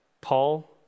Paul